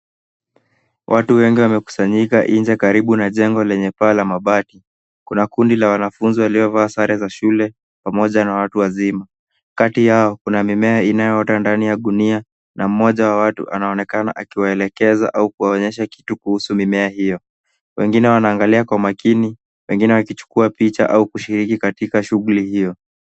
Watu wengi wamekusanyika nje karibu na jengo lenye paa la mabati. Kuna kundi la wanafunzi waliovaa sare za shule pamoja na watu wazima. Kati yao, kuna mimea inayoota ndani ya gunia na mmoja wa watu anaonekana akiwaelekeza au kuwaonyesha kitu kuhusu mimea hiyo. Wengine wanaangalia kwa makini wengine wakichukua picha au kushiriki katika shughuli hiyo.